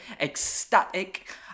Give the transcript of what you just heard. ecstatic